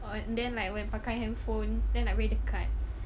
and then like when pakai handphone then like very dekat